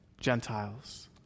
Gentiles